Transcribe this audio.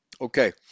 Okay